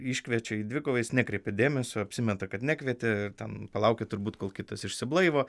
iškviečia į dvikovą jis nekreipė dėmesio apsimeta kad nekvietė ten palaukia turbūt kol kitas išsiblaivo